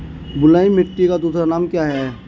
बलुई मिट्टी का दूसरा नाम क्या है?